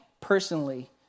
personally